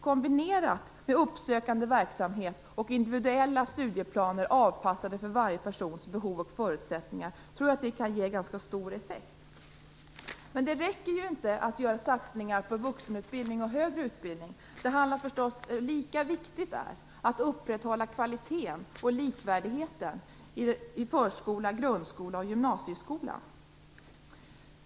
Kombinerat med uppsökande verksamhet och individuella studieplaner avpassade för varje persons behov och förutsättningar tror jag att det kan ge ganska stor effekt. Men det räcker inte att göra satsningar på vuxenutbildning och högre utbildning. Det är lika viktigt att upprätthålla kvaliteten och likvärdigheten i förskola, grundskola och gymnasieskola.